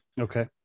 Okay